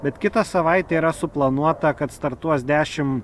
bet kitą savaitę yra suplanuota kad startuos dešim